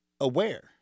aware